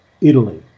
Italy